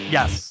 Yes